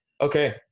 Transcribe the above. Okay